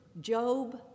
Job